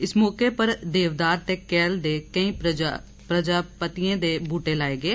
इस मौके पर देवदार ते कैल दे केंई प्रजापतियें दे बूटे लाए गे